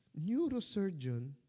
neurosurgeon